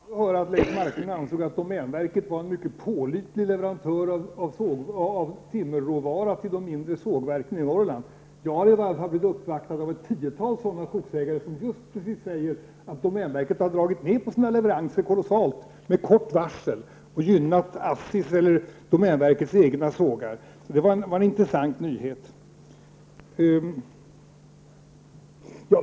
Herr talman! Det var intressant att höra att Leif Marklund ansåg att domänverket är en mycket pålitlig leverantör av timmerråvara till de mindre sågverken i Norrland. Jag har blivit uppvaktad av ett tiotal skogsägare som säger att domänverket har dragit ner på sina leveranser kolossalt med kort varsel och gynnat ASSIs och domänverkets sågar. Det var en intressant nyhet.